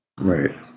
Right